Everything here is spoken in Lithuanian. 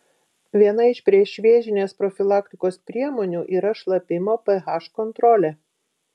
viena iš priešvėžinės profilaktikos priemonių yra šlapimo ph kontrolė